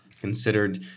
considered